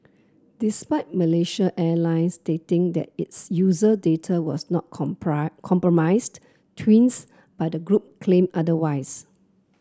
despite Malaysia Airlines stating that its user data was not compromised tweets by the group claimed otherwise